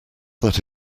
that